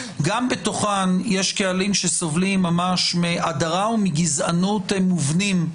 שגם בתוכן יש קהלים שסובלים ממש מהדרה ומגזענות מובנים,